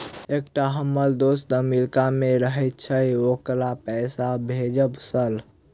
एकटा हम्मर दोस्त अमेरिका मे रहैय छै ओकरा पैसा भेजब सर?